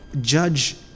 judge